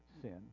sin